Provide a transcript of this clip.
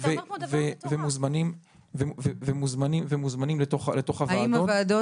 הם מוזמנים לתוך הוועדות.